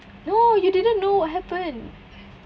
no you didn't know what happenned